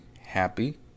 happy